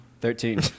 Thirteen